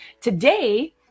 Today